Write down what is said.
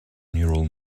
neural